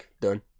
done